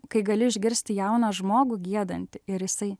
kai gali išgirsti jauną žmogų giedantį ir jisai